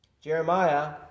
Jeremiah